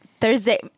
Thursday